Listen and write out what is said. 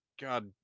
god